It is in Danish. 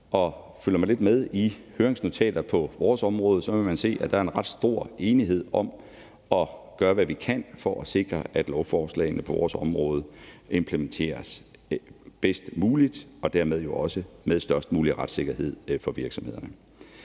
følger man lidt med i høringsnotater på vores område, vil man se, at der er en ret stor enighed om at gøre, hvad vi kan, for at sikre, at lovforslagene på vores område implementeres bedst muligt og dermed jo også med størst mulig retssikkerhed for virksomhederne.